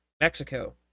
Mexico